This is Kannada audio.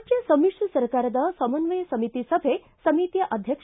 ರಾಜ್ಣ ಸಮಿಶ್ರ ಸರ್ಕಾರದ ಸಮನ್ವಯ ಸಮಿತಿ ಸಭೆ ಸಮಿತಿಯ ಅಧ್ಯಕ್ಷ